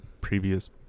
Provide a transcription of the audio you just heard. previous